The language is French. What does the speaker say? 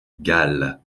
galle